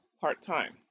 part-time